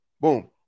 boom